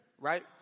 right